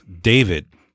David